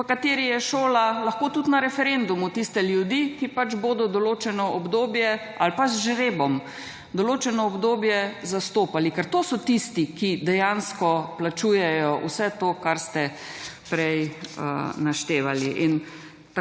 v kateri je šola, lahko tudi na referendumu tiste ljudi, ki bodo določeno obdobje, ali pa z žrebom, določeno obdobje zastopali, ker to so tisti, ki dejansko plačujejo vse to kar ste prej naštevali.